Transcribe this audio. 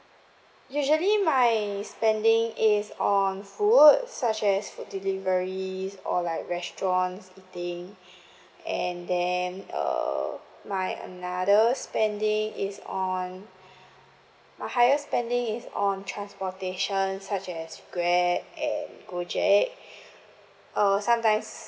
usually my spending is on food such as food deliveries or like restaurants eating and then err my another spending is on my highest spending is on transportation such as grab and gojek uh sometimes